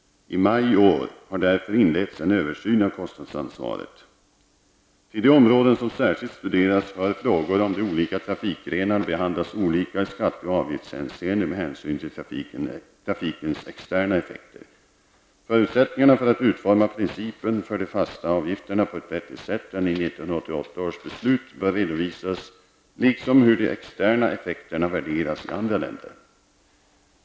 I maj i år har därför inletts en översyn av kostnadsansvaret. Till de områden som särskilt studeras hör frågor om huruvida de olika trafikgrenarna behandlas olika i skatte och avgiftshänseende med hänsyn till trafikens externa effekter. Förutsättningarna för att utforma principerna för de fasta avgifterna på ett bättre sätt än i 1988 års beslut bör redovisas, liksom hur de externa effekterna värderas i andra länder.